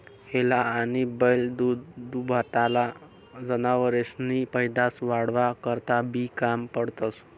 हेला आनी बैल दूधदूभताना जनावरेसनी पैदास वाढावा करता बी काम पडतंस